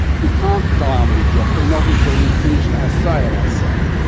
you can't die on me geoffrey, not until we've finished our sail i say.